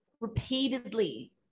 repeatedly